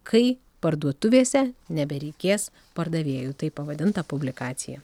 kai parduotuvėse nebereikės pardavėjų taip pavadinta publikacija